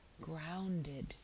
grounded